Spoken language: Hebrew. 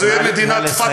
או שזה יהיה מדינת "פתח",